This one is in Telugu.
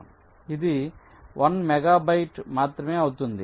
ఇది 1 మెగాబైట్ మాత్రమే అవుతుంది